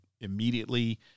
immediately